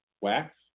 Wax